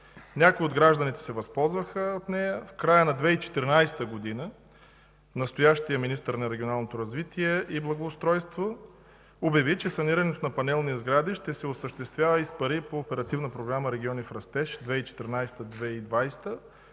Някои от гражданите се възползваха от нея. В края на 2014 г. настоящият министър на регионалното развитие и благоустройство обяви, че санирането на панелни сгради ще се осъществява и с пари по Оперативна програма „Региони в растеж 2014-2020 г.”,